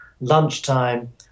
lunchtime